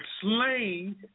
slain